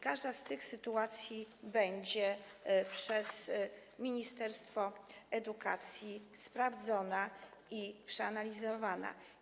Każda z tych sytuacji będzie przez ministerstwo edukacji sprawdzona i przeanalizowana.